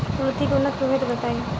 कुलथी के उन्नत प्रभेद बताई?